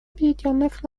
объединенных